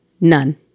none